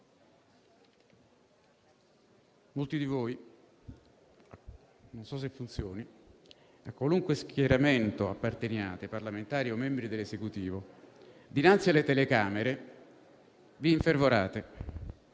molti di voi, a qualunque schieramento apparteniate, parlamentari o membri dell'Esecutivo, dinanzi alle telecamere vi infervorate